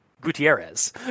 Gutierrez